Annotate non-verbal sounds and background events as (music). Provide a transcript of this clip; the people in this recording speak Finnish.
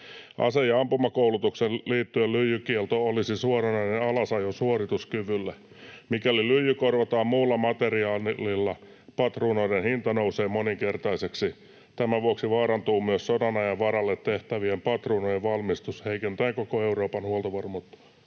Ase- ja ampumakoulutukseen liittyen lyijykielto olisi suoranainen alasajo suorituskyvylle. (noise) Mikäli lyijy korvataan muulla materiaalilla, patruunoiden hinta nousee moninkertaiseksi. Tämän vuoksi vaarantuu myös sodanajan varalle tehtävien patruunoiden valmistus heikentäen koko Euroopan huoltovarmuutta.